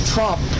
Trump